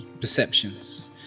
perceptions